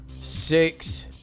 Six